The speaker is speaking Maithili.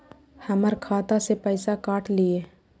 हमर खाता से पैसा काट लिए?